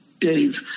Dave